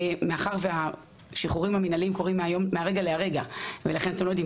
מאחר והשחרורים המנהליים קורים מהרגע להרגע ולכן אתם לא יודעים,